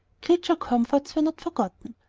creature comforts were not forgotten.